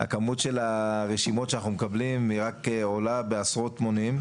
כמות הרשימות שאנחנו מקבלים היא רק עולה בעשרות מונים.